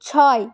ছয়